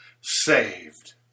saved